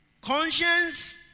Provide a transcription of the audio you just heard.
Conscience